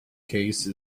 case